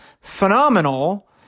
phenomenal